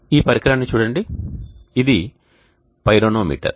ఈ పరికరాన్ని చూడండి ఇది పైరోనోమీటర్